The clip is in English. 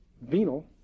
venal